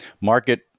market